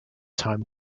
time